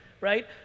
right